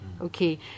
Okay